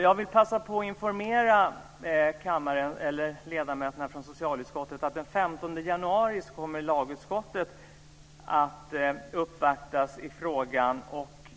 Jag vill passa på att informera ledamöterna från socialutskottet om att den 15 januari kommer lagutskottet att uppvaktas i frågan.